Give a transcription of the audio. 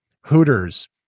Hooters